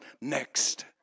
next